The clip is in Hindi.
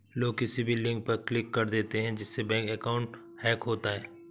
लोग किसी भी लिंक पर क्लिक कर देते है जिससे बैंक अकाउंट हैक होता है